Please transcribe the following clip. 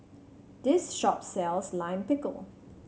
this shop sells Lime Pickle